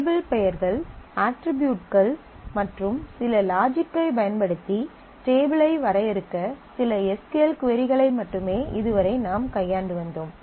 table பெயர்கள் அட்ரிபியூட்கள் மற்றும் சில லாஜிக்கை பயன்படுத்தி டேபிளை வரையறுக்க சில எஸ் க்யூ எல் கொரிகளை மட்டுமே இதுவரை நாம் கையாண்டு வந்தோம்